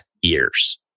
years